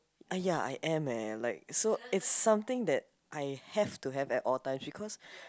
!aiya! I am leh like so it's something that I have to have at all time because